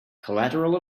collateral